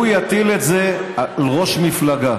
הוא יטיל את זה על ראש מפלגה.